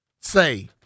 say